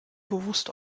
bewusst